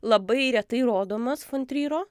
labai retai rodomas fon tryro